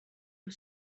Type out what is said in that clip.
you